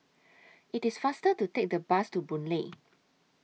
IT IS faster to Take The Bus to Boon Lay